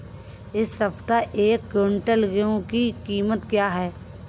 इस सप्ताह एक क्विंटल गेहूँ की कीमत क्या है?